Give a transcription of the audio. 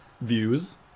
views